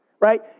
right